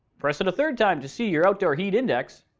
press it a third time to see your outdoor heat index.